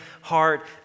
heart